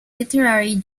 literary